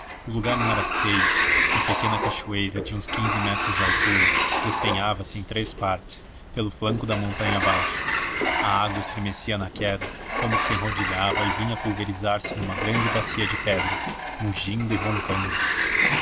o lugar não era feio uma pequena cachoeira de uns quinze metros de altura despenhava se em três partes pelo flanco da montanha abaixo a água estremecia na queda como que se enrodilhava e vinha pulverizar se numa grande bacia de pedra mugindo e roncando